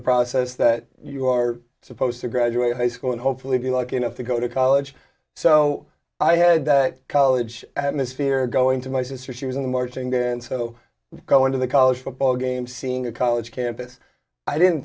the process that you are supposed to graduate high school and hopefully be lucky enough to go to college so i had that college atmosphere going to my sister she was in the marching band so i go into the college football game seeing a college campus i didn't